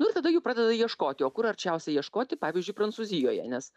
nu ir tada jų pradeda ieškoti o kur arčiausiai ieškoti pavyzdžiui prancūzijoje nes